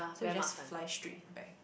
so we just flight straight back